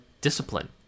discipline